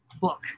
book